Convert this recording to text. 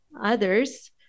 Others